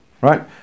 Right